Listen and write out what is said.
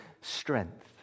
strength